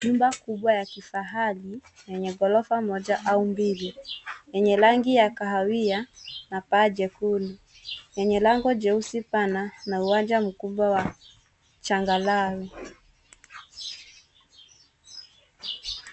Nyumba kubwa ya kifahari lenye ghorofa moja au mbili yenye rangi ya kahawia na paa jekundu. yenye lango